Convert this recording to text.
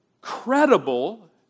credible